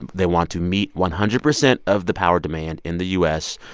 they want to meet one hundred percent of the power demand in the u s.